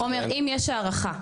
עומר אם יש הערכה.